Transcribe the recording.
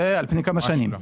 זה על פני כמה שנים.